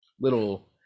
little